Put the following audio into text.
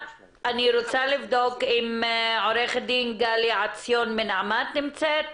לבדוק אם עו"ד גליה עציון מנעמ"ת נמצאת.